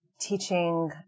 teaching